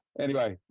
anyway.